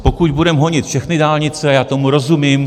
Pokud budeme honit všechny dálnice, já tomu rozumím.